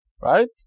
right